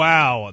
Wow